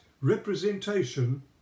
representation